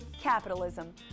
capitalism